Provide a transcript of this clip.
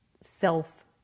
self